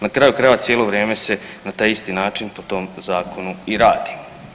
Na kraju krajeva cijelo vrijeme se na taj isti način po tom zakonu i radi.